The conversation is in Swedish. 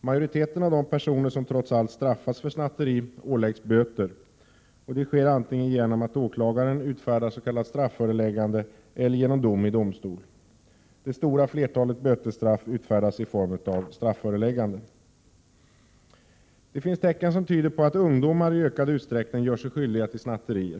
Majoriteten av de personer som trots allt straffas för snatteri åläggs böter. Det sker antingen genom att åklagaren utfärdar s.k. strafföreläggande eller genom dom i domstol. Det stora flertalet bötesstraff utfärdas i form av strafföreläggande. Det finns tecken som tyder på att ungdomar i ökad utsträckning gör sig skyldiga till snatterier.